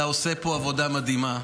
אתה עושה פה עבודה מדהימה,